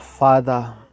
Father